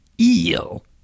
Eel